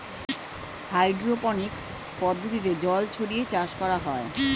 hydroponics পদ্ধতিতে জল ছড়িয়ে চাষ করা হয়